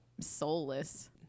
soulless